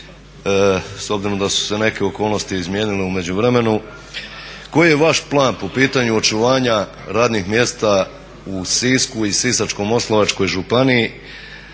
s obzirom da su se neke okolnosti izmijenile u međuvremenu. Koji je vaš plan po pitanju očuvanja radnih mjesta u Sisku i Sisačko-moslavačkoj županiji